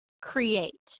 create